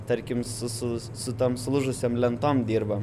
tarkim su su su tom sulūžusiom lentom dirbam